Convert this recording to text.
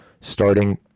starting